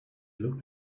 look